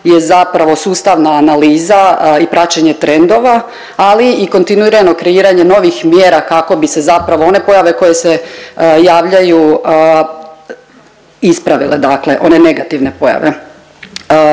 je zapravo sustavna analiza i praćenje trendova, ali i kontinuirano kreiranje novih mjera kako bi se zapravo one pojave koje se javljaju ispravile, dakle one negativne pojave.